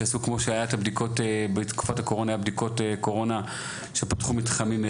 כמו שהיה בתקופת הקורונה בדיקות שפתחו מתחמים,